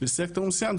לסקטור מסוים,